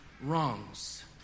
wrongs